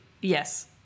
Yes